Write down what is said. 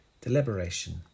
Deliberation